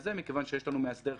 אני מתכבד לפתוח את ישיבת ועדת החוקה,